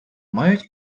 мають